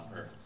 earth